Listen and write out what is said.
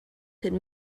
could